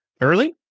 early